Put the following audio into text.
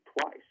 twice